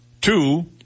Two